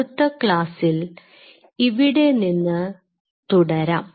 അടുത്ത ക്ലാസ്സിൽ ഇവിടെ നിന്ന് തുടരാം